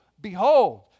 Behold